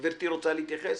בבקשה, גברתי רוצה להתייחס?